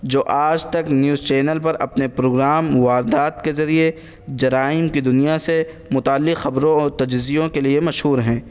جو آج تک نیوز چینل پر اپنے پروگرام واردات کے ذریعے جرائم کی دنیا سے متعلق خبروں اور تجزیوں کے لیے مشہور ہیں